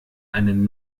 einen